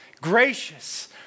Gracious